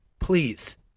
Please